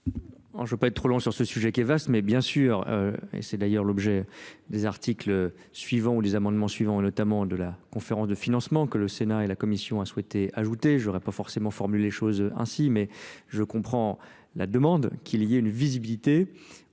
Je peux pas être trop long sur ce sujet qui va, mais bien sûr, euh et c'est d'ailleurs des articles suivants ou des amendements suivants, notamment de la conférence de financement que le Sénat et la Commission a souhaité ajouter. J'aurais pas forcément formulé les choses ainsi, mais je comprends la demande qu'il y ait une visibilité.